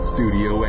Studio